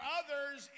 others